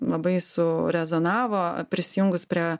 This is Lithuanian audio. labai surezonavo prisijungus prie